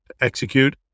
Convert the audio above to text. execute